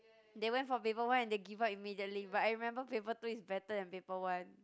they went for paper one and they give up immediately but I remember paper two is better than paper one